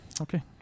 Okay